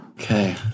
okay